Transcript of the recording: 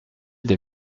des